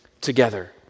together